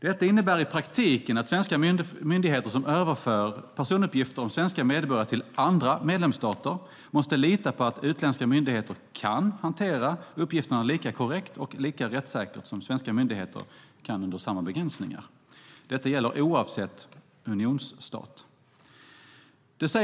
Detta innebär i praktiken att svenska myndigheter som överför personuppgifter om svenska medborgare till andra medlemsstater måste lita på att utländska myndigheter kan hantera uppgifterna lika korrekt och lika rättssäkert som svenska myndigheter kan under samma begränsningar. Detta gäller oavsett vilken unionsstat det handlar om.